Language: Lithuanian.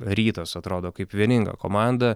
rytas atrodo kaip vieninga komanda